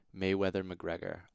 Mayweather-McGregor